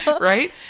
right